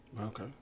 Okay